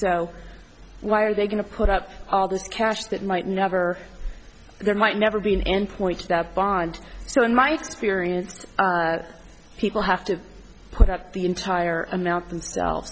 so why are they going to put up all this cash that might never there might never be an endpoint that bond so in my experience people have to put up the entire amount themselves